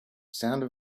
sounds